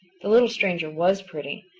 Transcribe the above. the little stranger was pretty.